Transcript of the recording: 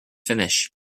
finish